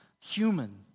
human